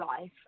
life